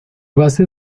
base